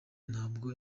ntabwo